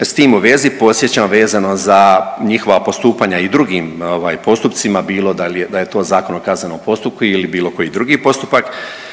s tim u vezi, podsjećam vezano za njihova postupanja i drugim ovaj postupcima, bilo da je to Zakon o kaznenom postupku ili bilo koji drugi postupak,